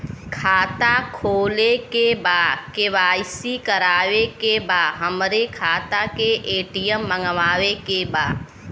खाता खोले के बा के.वाइ.सी करावे के बा हमरे खाता के ए.टी.एम मगावे के बा?